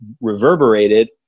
reverberated